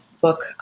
book